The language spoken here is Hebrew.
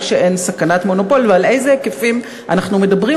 שאין סכנת מונופול ועל איזה היקפים אנחנו מדברים,